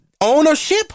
ownership